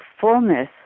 fullness